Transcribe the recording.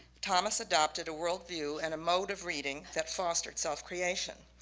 thomas adopted a worldview and mode of reading that fostered self-creation.